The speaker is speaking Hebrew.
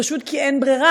פשוט כי אין ברירה,